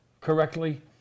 correctly